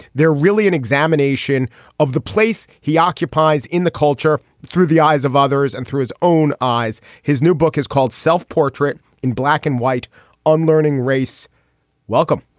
they're really an examination of the place he occupies in the culture through the eyes of others and through his own eyes. his new book is called self-portrait in black and white unlearning race welcome.